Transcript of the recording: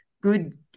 good